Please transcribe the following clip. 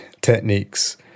techniques